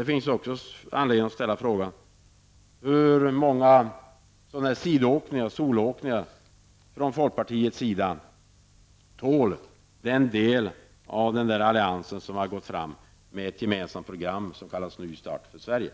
Det finns också anledning att ställa frågan: Hur många sådana soloåkningar från folkpartiets sida tål den andra delen av den allians som har gått fram med ett gemensamt program som kallas Ny start för Sverige?